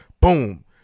boom